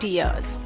years